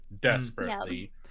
desperately